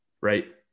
Right